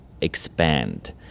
expand